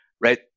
right